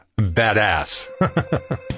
Badass